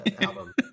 album